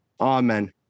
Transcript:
Amen